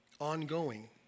Ongoing